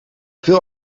veel